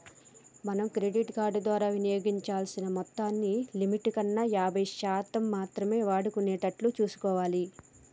మనం credit card ద్వారా వినియోగించాల్సిన మొత్తాన్ని లిమిట్ కన్నా యాభై శాతం మాత్రమే వాడుకునేటట్లు చూసుకోవాలి